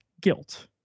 guilt